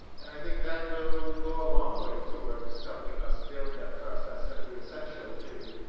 and i think that will go a long way towards helping us build that trust that's going to be essential to,